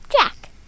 Jack